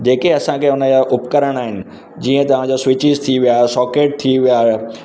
जेके असांखे हुन जा उपकरण आहिनि जीअं तव्हां जो स्विचिस थी विया सॉकेट थी विया